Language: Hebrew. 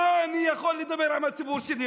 על מה אני יכול לדבר עם הציבור שלי,